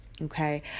okay